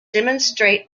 demonstrate